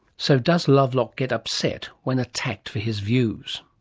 so does lovelock get upset when attacked for his views?